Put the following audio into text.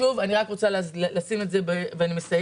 אני רוצה לשים את זה בכותרת ובזה אני מסיימת.